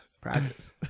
Practice